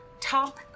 top